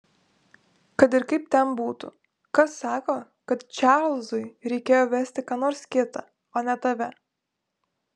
kad ir kaip ten būtų kas sako kad čarlzui reikėjo vesti ką nors kitą o ne tave